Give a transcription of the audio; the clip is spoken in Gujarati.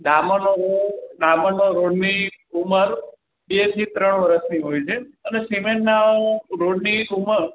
ડામરનો રોડ ડામરનો રોડની ઉંમર બે થી ત્રણ વર્ષની હોય છે અને સિમેન્ટના રોડની ઉંમર